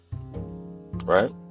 Right